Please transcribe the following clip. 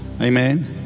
Amen